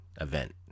event